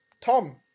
Tom